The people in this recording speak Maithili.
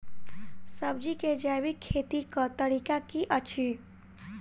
सब्जी केँ जैविक खेती कऽ तरीका की अछि?